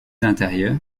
intérieures